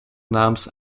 namens